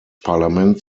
parlament